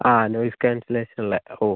ആ noise cancellation ഉള്ളത് ഹോ